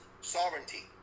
sovereignty